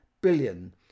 billion